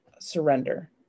surrender